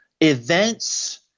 events